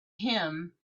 him